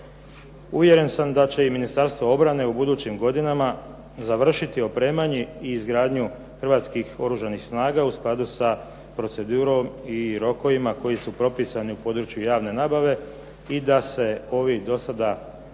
Uvjeren sam da će i ministarstvo obrane u budućim godinama završiti opremanje i izgradnju Hrvatskih oružanih snaga u skladu sa procedurom i rokovima koji su propisani u području javne nabave i da se ove do sada iskazane